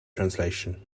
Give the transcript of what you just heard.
translation